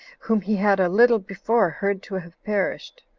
whom he had a little before heard to have perished.